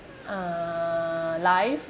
uh life